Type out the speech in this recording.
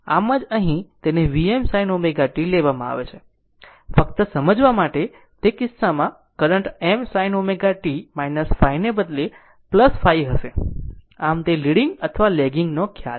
આમ આમ જ અહીં તેને Vm sin ω t લેવામાં આવે છે ફક્ત સમજવા માટે તે કિસ્સામાં કરંટ m sin ω t ϕને બદલે ϕહશે આમ આ તે લીડીંગ અથવા લેગીંગ ખ્યાલ છે